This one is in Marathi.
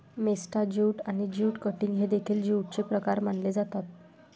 मेस्टा ज्यूट आणि ज्यूट कटिंग हे देखील ज्यूटचे प्रकार मानले जातात